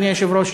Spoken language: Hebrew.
אדוני היושב-ראש,